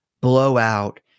blowout